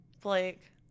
Blake